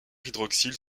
hydroxyle